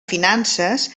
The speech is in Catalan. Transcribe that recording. finances